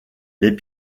les